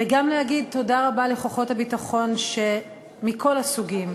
וגם להגיד תודה רבה לכוחות הביטחון, מכל הסוגים,